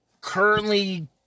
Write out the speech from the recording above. currently